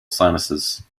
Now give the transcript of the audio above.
sinuses